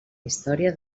història